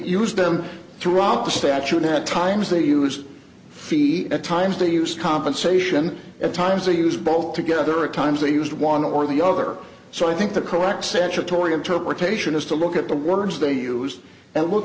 used them throughout the statute at times they use feet at times they use compensation at times they use both together of times they used one or the other so i think the correct satchel tory interpretation is to look at the words they used and look